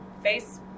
Face